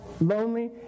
lonely